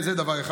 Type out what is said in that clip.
זה דבר אחד.